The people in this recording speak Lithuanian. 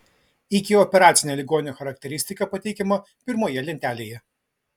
ikioperacinė ligonių charakteristika pateikiama pirmoje lentelėje